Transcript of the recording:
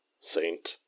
Saint